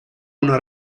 una